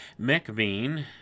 McBean